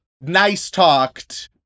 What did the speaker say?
nice-talked